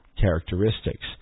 characteristics